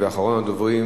רואים שלמדו מזה דברים.